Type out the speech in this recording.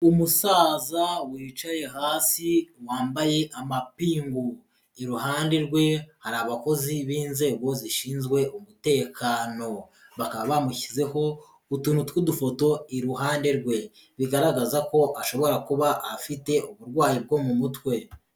Umusaza wicaye hasi wambaye amapingu, iruhande rwe hari abakozi b'inzego zishinzwe umutekano, bakaba bamushyizeho utuntu tw'udufoto iruhande rwe, bigaragaza ko ashobora kuba afite uburwayi bwo mu mutwe.